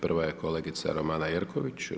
Prva je kolegica Romana Jerković.